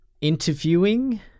interviewing